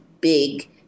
big